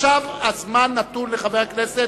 עכשיו הזמן נתון לחבר הכנסת.